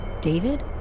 David